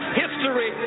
history